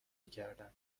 میکردن